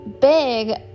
big